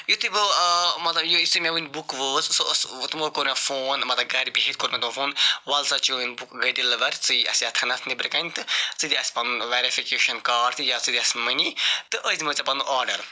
یُتھُے بہٕ مَطلَب یہِ یُتھُے مےٚ وٕنۍ بُک وٲژ سُہ ٲس تِمو کوٚر مےٚ فون مَطلَب گَرِ بِہِتھ کوٚر مےٚ تِمو فون وَلسا چٲنۍ بُک گٔے ڈِلوَر ژٕ یہِ اَسہِ ییٚتھَنَتھ نیٚبرٕ کَنۍ تہٕ ژٕ دِ اَسہِ پَنُن ویٚرِفِکیشَن کارڈ تہٕ یا ژٕ دِ اَسہِ مٔنی تہٕ أسۍ دِموے ژے پَنُن آرڈر